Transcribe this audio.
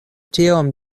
tiom